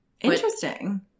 Interesting